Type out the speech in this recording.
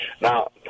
Now